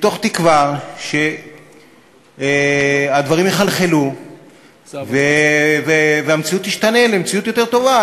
מתוך תקווה שהדברים יחלחלו והמציאות תשתנה למציאות יותר טובה.